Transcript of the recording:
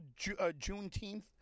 juneteenth